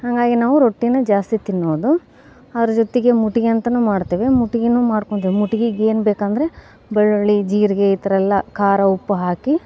ಹಾಗಾಗಿ ನಾವು ರೊಟ್ಟಿನ ಜಾಸ್ತಿ ತಿನ್ನೋದು ಅದ್ರ ಜೊತೆಗೆ ಮುಟ್ಗಿ ಅಂತಲೂ ಮಾಡ್ತೇವೆ ಮುಟ್ಗಿಯೂ ಮಾಡ್ಕೊಂಡು ತಿನ್ನು ಮುಟ್ಗಿಗೆ ಏನು ಬೇಕೆಂದ್ರೆ ಬೆಳ್ಳುಳ್ಳಿ ಜೀರಿಗೆ ಈ ಥರ ಎಲ್ಲ ಖಾರ ಉಪ್ಪು ಹಾಕಿ